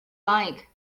like